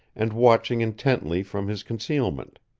and watching intently from his concealment.